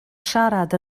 siarad